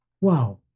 Wow